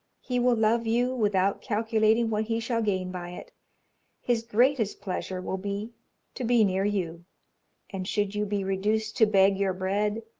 he will love you without calculating what he shall gain by it his greatest pleasure will be to be near you and should you be reduced to beg your bread,